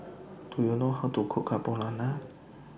Do YOU know How to Cook Carbonara